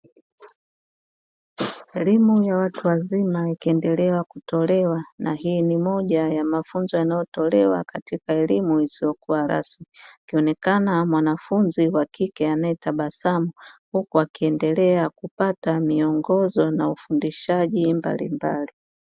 Elimu ya watu wazima ikiendelea kutolewa na hii ni moja ya mafunzo yanayotolewa katika elimu isiyokuwa rasmi, akionekana mwanafunzi wa kike anayetabasamu huku akiendelea kupata miongozo na ufundishaji mbalimbali.